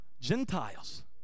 Gentiles